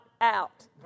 out